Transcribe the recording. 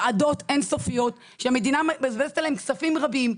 וועדות אינסופיות שהמדינה מבזבזת עליהן כספים רבים,